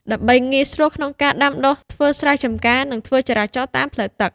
ដើម្បីងាយស្រួលក្នុងការដាំដុះធ្វើស្រែចម្ការ និងធ្វើចរាចរណ៍តាមផ្លូវទឹក។